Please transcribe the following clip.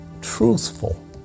truthful